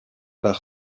par